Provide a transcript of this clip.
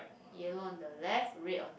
yellow on the left red on